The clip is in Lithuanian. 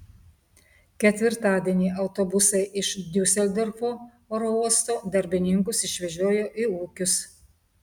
ketvirtadienį autobusai iš diuseldorfo oro uosto darbininkus išvežiojo į ūkius